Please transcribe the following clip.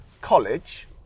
College